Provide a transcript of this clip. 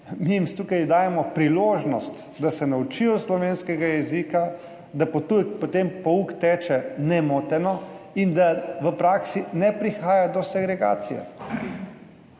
mi jim tukaj dajemo priložnost, da se naučijo slovenskega jezika, da potem pouk teče nemoteno in da v praksi ne prihaja do segregacije.